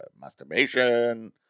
masturbation